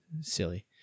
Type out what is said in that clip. Silly